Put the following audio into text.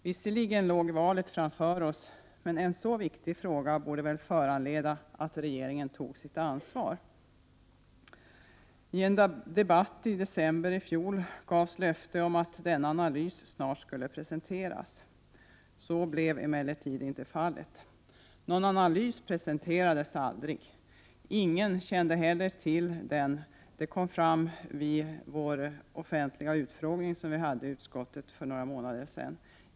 Visserligen låg valet framför oss, men en så viktig fråga borde väl föranleda regeringen att ta sitt ansvar. I en debatt i december i fjol gavs löfte om att denna analys snart skulle presenteras. Så blev emellertid inte fallet. Någon analys presenterades aldrig. Ingen kände heller till den. Det kom fram vid den offentliga utfrågning som vi hade i utskottet för några månader sedan.